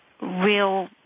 real